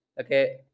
Okay